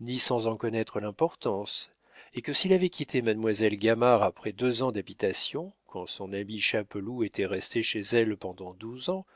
ni sans en connaître l'importance et que s'il avait quitté mademoiselle gamard après deux ans d'habitation quand son ami chapeloud était resté chez elle pendant douze ans